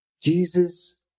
Jesus